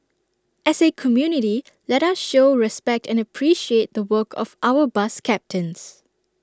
as A community let us show respect and appreciate the work of our bus captains